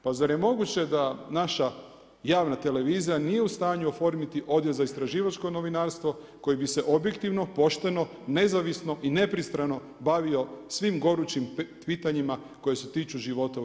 Pa zar je moguće da naša javna televizija nije u stanju oformiti odjel za istraživačko novinarstvo, koji bi se objektivno, pošteno, nezavisno i nepristrano bavio svim gorućim pitanjima koji se tiču života u RH.